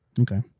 okay